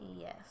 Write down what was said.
Yes